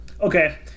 Okay